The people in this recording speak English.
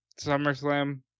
SummerSlam